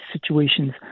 situations